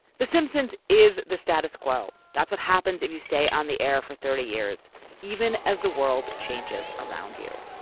the simpsons is the status quo. that's what happens if you stay on the air for thirty years even as the world changes around you